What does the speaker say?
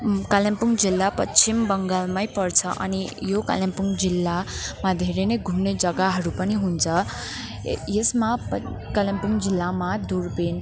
कालिम्पोङ जिल्ला पश्चिम बङ्गालमै पर्छ अनि यो कालेम्पोङ जिल्लामा धेरै नै घुम्ने जग्गाहरू पनि हुन्छ ये यसमा कालिम्पोङ जिल्लामा दुर्बिन